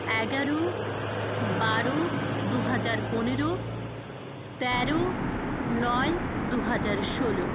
এগারো বারো দু হাজার পনেরো তেরো নয় দু হাজার ষোলো